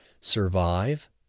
survive